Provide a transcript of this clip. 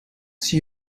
she